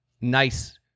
nice